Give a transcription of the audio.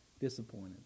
disappointed